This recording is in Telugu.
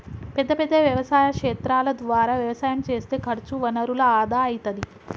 పెద్ద పెద్ద వ్యవసాయ క్షేత్రాల ద్వారా వ్యవసాయం చేస్తే ఖర్చు వనరుల ఆదా అయితది